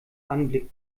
anblick